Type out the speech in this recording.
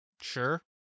sure